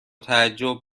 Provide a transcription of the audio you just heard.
تعجب